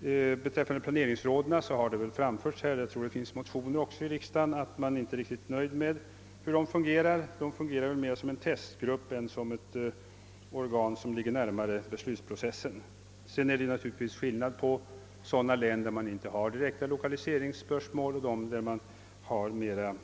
Men beträffande planeringsråden har det framhållits — jag tror också att det har väckts motioner om det här i riksdagen — att man inte är riktigt nöjd med deras sätt att fungera. De fungerar mera som en testgrupp än som ett organ som ligger närmare beslutsprocessen. Vidare är det givetvis skillnad på sådana län där man inte har några direkta lokaliseringsspörsmål och sådana där man har mera